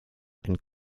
and